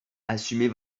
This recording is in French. assumez